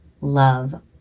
love